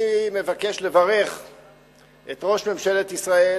אני מבקש לברך את ראש ממשלת ישראל